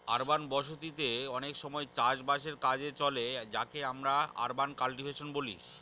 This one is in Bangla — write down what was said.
আরবান বসতি তে অনেক সময় চাষ বাসের কাজে চলে যাকে আমরা আরবান কাল্টিভেশন বলি